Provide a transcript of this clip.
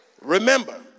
Remember